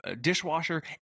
dishwasher